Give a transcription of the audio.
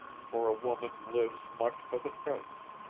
for a woman lives much for the present,